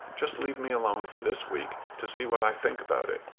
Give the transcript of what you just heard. just leave me alone for this week to see what i think about it.